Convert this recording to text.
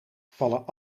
vallen